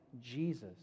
Jesus